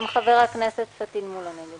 גם חבר הכנסת פטין מולא נגד.